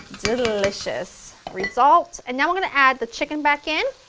delicious result. and now we're going to add the chicken back in